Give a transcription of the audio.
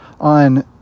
on